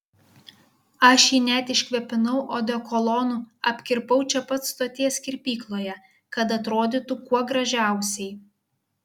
aš jį net iškvėpinau odekolonu apkirpau čia pat stoties kirpykloje kad atrodytų kuo gražiausiai